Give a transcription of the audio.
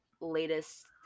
latest